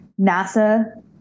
NASA